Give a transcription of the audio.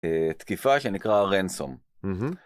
תקיפה שנקרא רנסום.